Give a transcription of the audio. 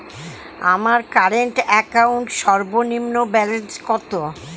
আমার current account সর্বনিম্ন balance কত?